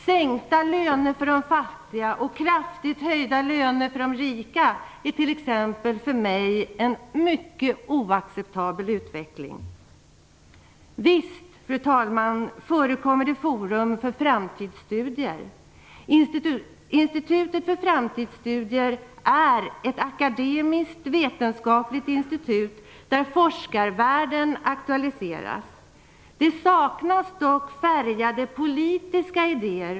Sänkta löner för de fattiga och kraftigt höjda löner för de rika är t.ex. för mig en helt oacceptabel utveckling. Visst, fru talman, finns det forum för framtidsstudier. Institutet för framtidsstudier är ett akademiskt, vetenskapligt institut där forskarvärlden aktualiseras. Det saknas dock färgade, politiska idéer.